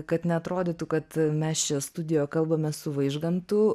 kad neatrodytų kad mes čia studijoj kalbamės su vaižgantu